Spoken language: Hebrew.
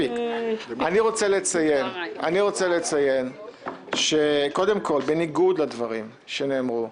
אני רוצה לציין שקודם כל, בניגוד לדברים שנאמרו,